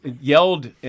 yelled